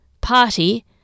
Party